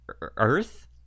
Earth